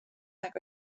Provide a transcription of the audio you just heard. nag